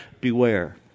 beware